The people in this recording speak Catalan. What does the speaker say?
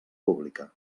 pública